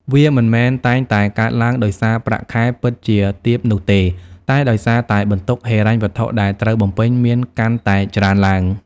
វាមិនមែនតែងតែកើតឡើងដោយសារប្រាក់ខែពិតជាទាបនោះទេ តែដោយសារតែបន្ទុកហិរញ្ញវត្ថុដែលត្រូវបំពេញមានកាន់តែច្រើនឡើង។